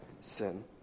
sin